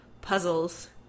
puzzles